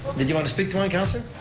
did you want to speak to one, councilor?